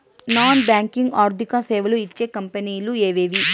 Non banking ఆర్థిక సేవలు ఇచ్చే కంపెని లు ఎవేవి?